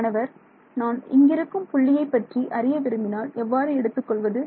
மாணவர் நான் இங்கிருக்கும் புள்ளியை பற்றி அறிய விரும்பினால் எவ்வாறு எடுத்துக் கொள்வது